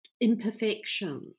imperfection